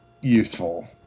useful